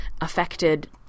affected